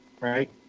right